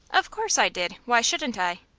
of course i did. why shouldn't i?